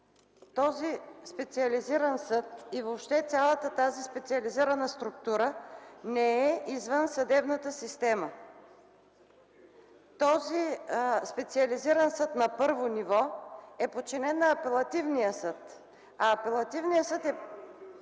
Този специализиран съд и въобще тази специализирана структура не е извън съдебната система. Този специализиран съд на първо ниво е подчинен на Апелативния съд, а Апелативният съд е